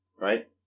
Right